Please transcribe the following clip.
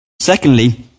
Secondly